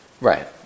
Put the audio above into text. right